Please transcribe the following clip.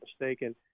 mistaken